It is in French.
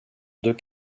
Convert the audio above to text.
deux